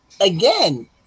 again